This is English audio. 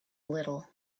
little